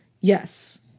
yes